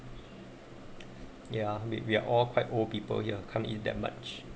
ya we're all quite old people you can't eat that much